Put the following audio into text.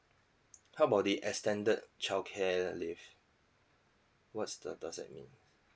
how about the extended childcare leave what's the does that mean